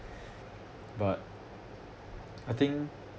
but I think